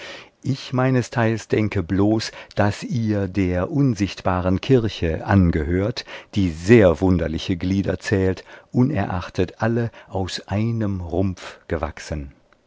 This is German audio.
ich meinesteils denke bloß daß ihr der unsichtbaren kirche angehört die sehr wunderliche glieder zählt unerachtet alle aus einem rumpf gewachsen